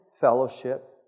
fellowship